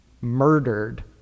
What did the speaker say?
murdered